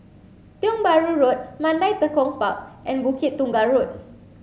Tiong Bahru Road Mandai Tekong Park and Bukit Tunggal Road